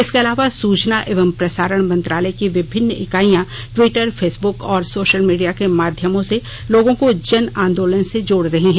इसके अलावा सूचना एवं प्रसारण मंत्रालय की विभिन्न इकाइयां द्वीटर फेसबुक और सो ाल मीडिया के माध्यमों से लोगों को जन आंदोलन से जोड़ रही है